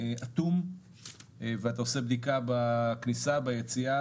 אטום ואתה עושה בדיקה בכניסה וביציאה,